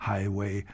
Highway